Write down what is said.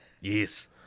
Yes